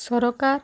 ସରକାର